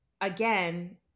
again